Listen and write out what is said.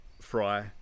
Fry